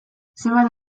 zenbat